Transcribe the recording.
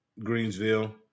Greensville